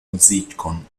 muzikon